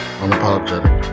unapologetic